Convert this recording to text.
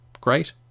great